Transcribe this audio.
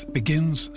begins